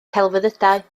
celfyddydau